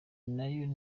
nayo